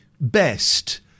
best